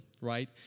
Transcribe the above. right